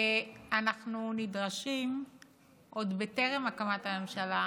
ואנחנו נדרשים עוד בטרם הקמת הממשלה